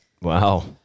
wow